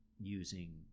using